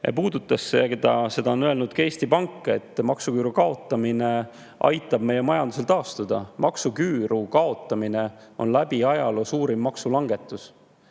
puudutas seda. Seda on öelnud ka Eesti Pank, et maksuküüru kaotamine aitab meie majandusel taastuda. Maksuküüru kaotamine on ajaloo suurim maksulangetus.